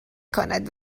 کند